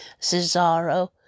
Cesaro